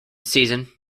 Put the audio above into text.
season